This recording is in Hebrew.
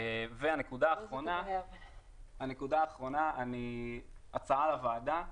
הנקודה האחרונה, הצעה לוועדה.